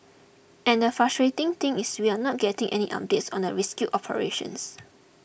and the frustrating thing is we are not getting any updates on the rescue operations